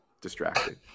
distracted